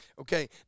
Okay